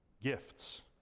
gifts